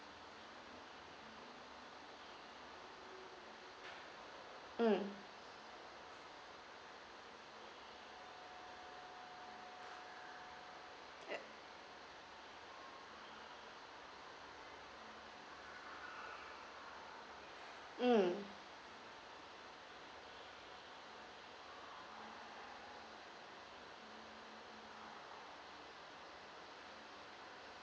mm mm